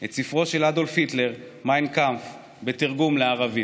את ספרו של אדולף היטלר מיין קאמפף בתרגום לערבית.